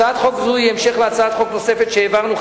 הצעת חוק זו היא המשך להצעת חוק נוספת שהעברנו,